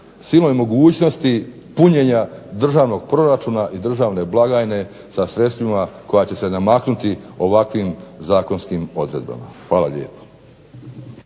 silnoj mogućnosti punjenja državnog proračuna i državne blagajne sa sredstvima koja će se namaknuti ovakvim zakonskim odredbama. Hvala lijepo.